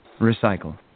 Recycle